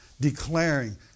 declaring